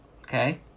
Okay